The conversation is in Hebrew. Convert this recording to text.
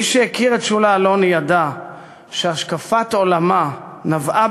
מי שהכיר את שולה אלוני ידע שהשקפת עולמה נבעה,